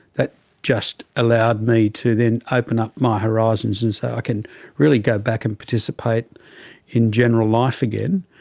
that just allowed me to then open up my horizons and so i can really go back and participate in general life again,